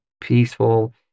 peaceful